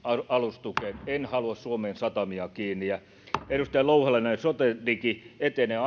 alustukeen en halua suomen satamia kiinni ja edustaja louhelainen sotedigi etenee